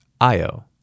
Io